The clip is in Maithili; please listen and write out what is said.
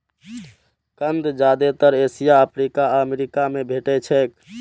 कंद जादेतर एशिया, अफ्रीका आ अमेरिका मे भेटैत छैक